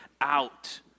out